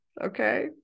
Okay